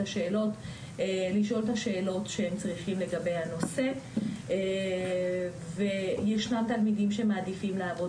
השאלות שהם צריכים לגבי הנושא וישנם תלמידים שמעדיפים לעבוד